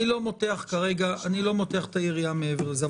אני לא מותח את היריעה מעבר לזה.